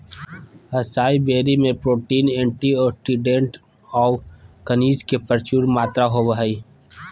असाई बेरी में protein, antioxidant औऊ खनिज के प्रचुर मात्रा होबो हइ